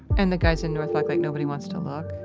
and the guys in north block, like nobody wants to look?